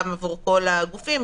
גם עבור כל הגופים,